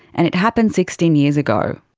and it happened sixteen years ago.